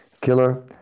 Killer